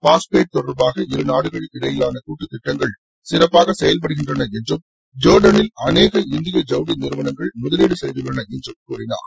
phosphate தொடர்பாக இருநாடுகளுக்கு இடையிலான கூட்டுத்திட்டங்கள் சிறப்பாக செயல்படுகின்றன என்றும் ஜோர்டானில் அநேக இந்திய ஜவுளி நிறுவனங்கள் முதலீடு செய்துள்ளன என்றும் கூறினார்